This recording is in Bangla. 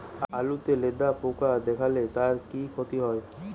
আলুতে লেদা পোকা দেখালে তার কি ক্ষতি হয়?